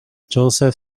joseph